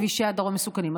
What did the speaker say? כבישי הדרום מסוכנים.